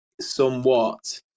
somewhat